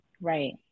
Right